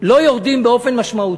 לא יורדים באופן משמעותי,